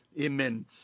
Amen